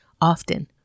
Often